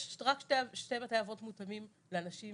יש רק שתי בתי אבות מותאמים לאנשים